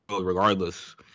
regardless